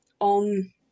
on